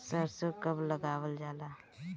सरसो कब लगावल जाला?